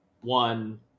one